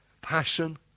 Passion